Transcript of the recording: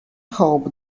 hope